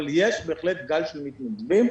אבל יש בהחלט גל של מתנדבים.